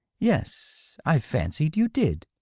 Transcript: yes i fancied you did.